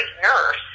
nurse